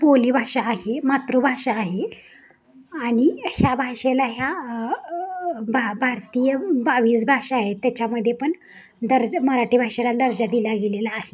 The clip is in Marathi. बोलीभाषा आहे मातृभाषा आहे आणि ह्या भाषेला ह्या भा भारतीय बावीस भाषा आहे त्याच्यामध्ये पण दर मराठी भाषेला दर्जा दिला गेलेला आहे